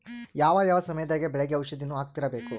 ಯಾವ ಯಾವ ಸಮಯದಾಗ ಬೆಳೆಗೆ ಔಷಧಿಯನ್ನು ಹಾಕ್ತಿರಬೇಕು?